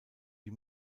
die